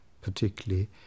particularly